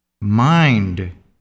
Mind